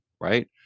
right